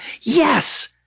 yes